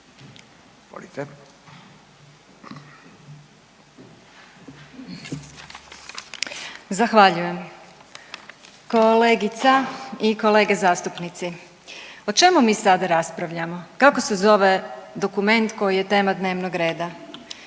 Zahvaljujem. Kolegica i kolege zastupnici, o čemu mi sada raspravljamo? Kako se zove dokument koji je tema dnevnog reda?